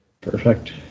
perfect